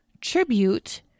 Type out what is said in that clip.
tribute